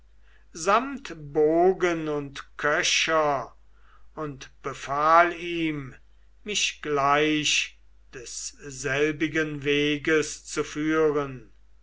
bogen und köcher und befahl ihm mich gleich desselbigen weges zu führen